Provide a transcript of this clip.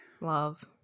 Love